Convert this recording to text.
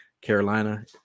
Carolina